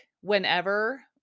whenever